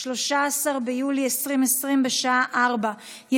13 ביולי 2020, בשעה 16:00.